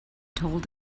told